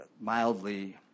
mildly